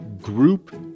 group